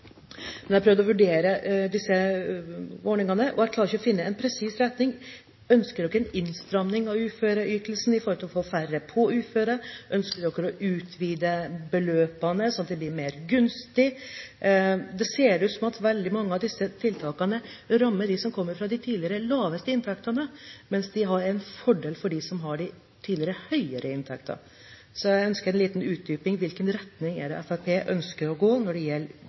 Men jeg har prøvd å vurdere disse ordningene, og jeg klarer ikke å finne en presis retning. Ønsker dere en innstramming av uføreytelsene for å få færre på uføretrygd, eller ønsker dere å utvide beløpene, slik at det blir mer gunstig? Det ser ut som veldig mange av disse tiltakene rammer dem som tidligere hadde de laveste inntektene, mens det er en fordel for dem som tidligere hadde høyere inntekter. Jeg ønsker en liten utdyping av i hvilken retning Fremskrittspartiet ønsker å gå når det gjelder